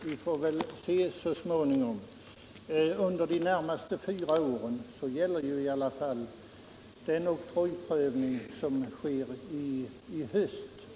Vi får väl se så småningom. Under de närmaste fyra åren gäller ju i alla fall den oktrojprövning som sker i höst.